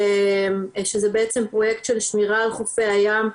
שזה בעצם פרוייקט של שמירה על חופי הים.